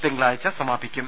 തിങ്ക ളാഴ് ച സമാപിക്കും